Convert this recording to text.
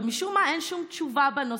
ומשום מה אין שום תשובה בנושא.